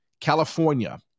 California